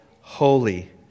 Holy